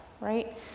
right